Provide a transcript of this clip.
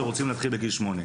שרוצים להתחיל בגיל שמונה?